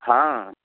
हँ